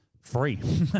free